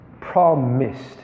promised